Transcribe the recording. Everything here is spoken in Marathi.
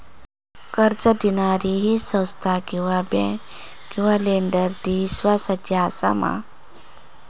कर्ज दिणारी ही संस्था किवा बँक किवा लेंडर ती इस्वासाची आसा मा?